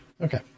Okay